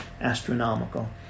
astronomical